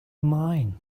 mine